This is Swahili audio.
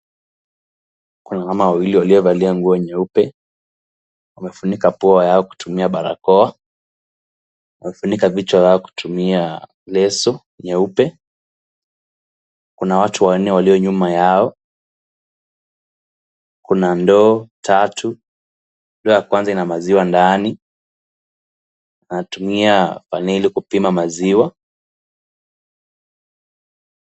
Kuna wamama wawili waliovalia nguo nyeupe, wamefunika pua yao kutumia barakoa, wamefunika vichwa kwa kutumia leso nyeupe, kuna watu wanne walio nyuma yao, kuna ndoo tatu, ya kwanza ina maziwa ndani, wanatumia faneli kupima maziwa.